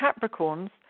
Capricorns